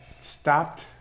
stopped